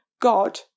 God